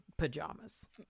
pajamas